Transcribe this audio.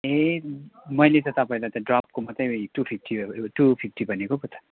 ए मैले त तपाईँलाई त ड्रपको मात्रै टू फिफ्टी टू फिफ्टी भनेको पो त